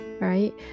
right